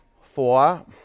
four